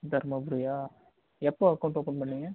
தர்மபுரியா எப்போ account open பண்ணிங்க